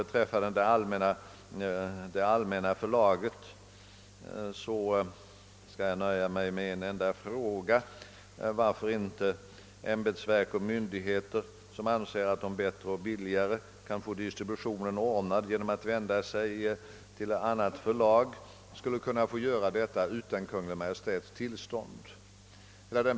Be träffande det allmänna förlaget skall jag nöja mig med att fråga, varför inte ämbetsverk och myndigheter som anser att de bättre och billigare kan få distributionen ordnad genom att vända sig till annat förlag, skulle kunna få göra detta utan Kungl. Maj:ts tillstånd.